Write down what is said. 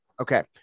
okay